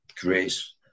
grace